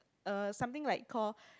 uh something like call